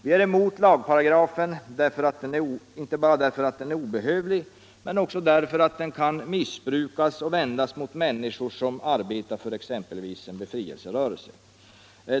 Vi är emot lagparagrafen inte bara därför att den är obehövlig, utan också därför att den kan missbrukas och vändas mot människor som arbetar för exempelvis en befrielserörelse.